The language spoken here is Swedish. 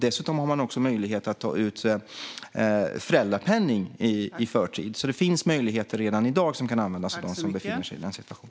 Dessutom har de möjlighet att ta ut föräldrapenning i förtid. Det finns möjligheter redan i dag som kan användas av dem som befinner sig i den situationen.